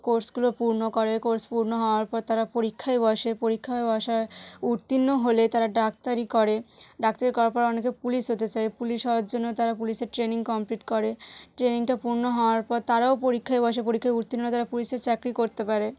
কোর্সগুলো পূর্ণ করে কোর্স পূর্ণ হওয়ার পর তারা পরীক্ষায় বসে পরীক্ষায় বসে উত্তীর্ণ হলে তারা ডাক্তারি করে ডাক্তারি করার পর অনেকে পুলিশ হতে চায় পুলিশ হওয়ার জন্য তারা পুলিশের ট্রেনিং কমপ্লিট করে ট্রেনিংটা পূর্ণ হওয়ার পর তারাও পরীক্ষায় বসে পরীক্ষায় উত্তীর্ণ তারা পুলিশের চাকরি করতে পারে